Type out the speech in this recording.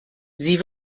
sie